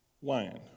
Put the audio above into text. wine